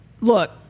Look